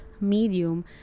medium